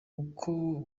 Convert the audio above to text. ukorana